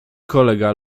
kolega